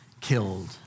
killed